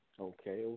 Okay